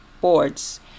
boards